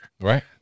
Right